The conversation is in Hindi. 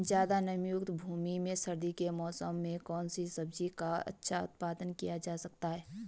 ज़्यादा नमीयुक्त भूमि में सर्दियों के मौसम में कौन सी सब्जी का अच्छा उत्पादन किया जा सकता है?